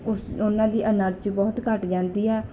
ਉਸ ਉਹਨਾਂ ਦੀ ਐਨਰਜੀ ਬਹੁਤ ਘੱਟ ਜਾਂਦੀ ਹੈ